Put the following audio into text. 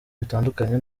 bitandukanye